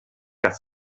que